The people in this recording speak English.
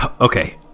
Okay